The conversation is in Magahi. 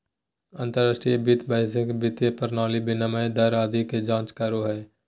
अंतर्राष्ट्रीय वित्त वैश्विक वित्तीय प्रणाली, विनिमय दर आदि के जांच करो हय